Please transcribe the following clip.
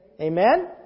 Amen